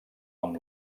amb